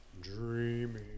Dreaming